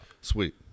Sweet